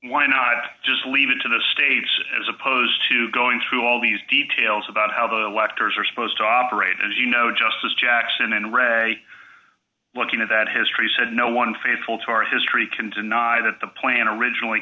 why not just leave it to the states as opposed to going through all these details about how the electors are supposed to operate as you know justice jackson and re looking at that history said no one faithful to our history can deny that the plan originally